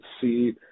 see